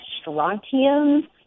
strontium